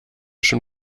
schon